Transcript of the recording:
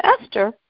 Esther